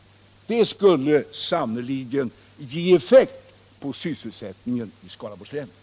Det skulle sannerligen ge effekt på sysselsättningen i Skaraborgs län.